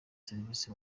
serivisi